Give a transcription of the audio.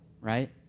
right